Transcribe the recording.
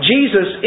Jesus